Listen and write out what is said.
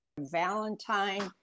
Valentine